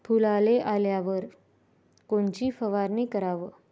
फुलाले आल्यावर कोनची फवारनी कराव?